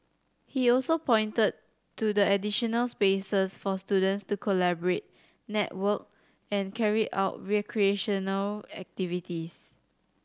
he also pointed to the addition of spaces for students to collaborate network and carry out recreational activities